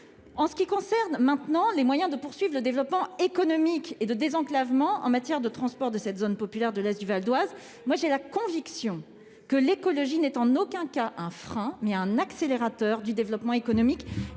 ce qui concerne les moyens de poursuivre le développement économique et le désenclavement en matière de transport de cette zone populaire de l'est du Val-d'Oise, j'ai la conviction que l'écologie n'est en aucun cas un frein. C'est un accélérateur du développement économique,